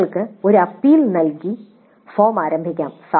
വിദ്യാർത്ഥികൾക്ക് ഒരു അപ്പീൽ നൽകി ഫോം ആരംഭിക്കാം